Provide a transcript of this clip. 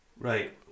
Right